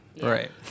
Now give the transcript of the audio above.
Right